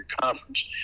conference